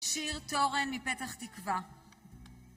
שיר תורן מפתח תקווה